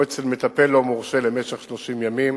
או אצל מטפל לא מורשה, ל-30 ימים